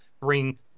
bring